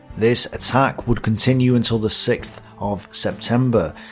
this attack would continue until the sixth of september,